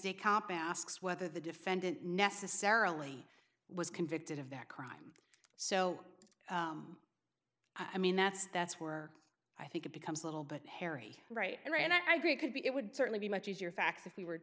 a cop asks whether the defendant necessarily was convicted of that crime so i mean that's that's were i think it becomes a little bit hairy right there and i agree it could be it would certainly be much easier facts if we were